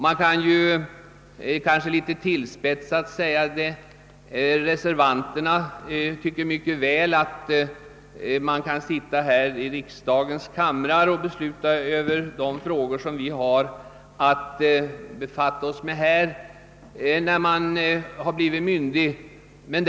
Det kan kanske litet tillspetsat sägas, att reservanterna tycker att en person när han blivit myndig mycket väl kan sitta här i riksdagen och besluta i de frågor som den har att befatta sig med.